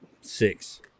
six